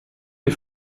des